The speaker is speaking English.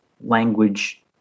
language